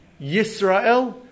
Yisrael